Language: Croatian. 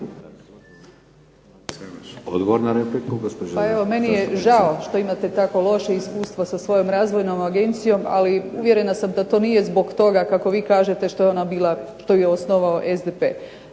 Odgovor na repliku, gospođa